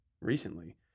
recently